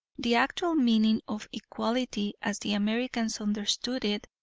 the actual meaning of equality, as the americans understood it,